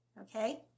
Okay